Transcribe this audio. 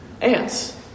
Ants